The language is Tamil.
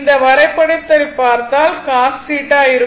இந்த வரைபடத்தை பார்த்தால் cos θ இருக்கும்